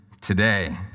today